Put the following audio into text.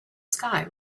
sky